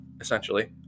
essentially